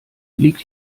liegt